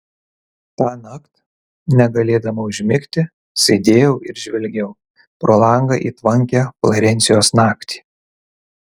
tąnakt negalėdama užmigti sėdėjau ir žvelgiau pro langą į tvankią florencijos naktį